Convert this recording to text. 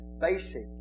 basic